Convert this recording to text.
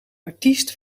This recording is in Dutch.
artiest